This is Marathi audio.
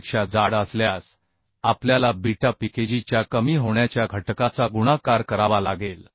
पेक्षा जाड असल्यास आपल्याला बीटा PKg च्या कमी होण्याच्या घटकाचा गुणाकार करावा लागेल